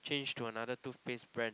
change to another tooth paste brand